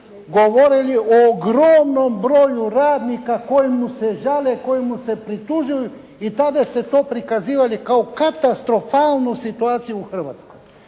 govorili o ogromnom broju radnika kojemu se žale, kojemu se pritužuju i tada ste to prikazivali kao katastrofalnu situaciju u Hrvatskoj.